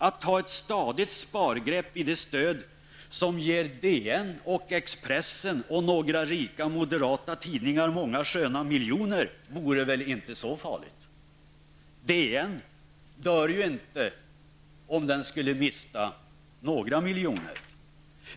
Att ta ett stadigt spargrepp i det stöd som ger Dagens Nyheter och Expressen och några rika moderata tidningar många sköna miljoner vore väl inte så farligt. Dagens Nyheter dör inte av att mista några miljoner.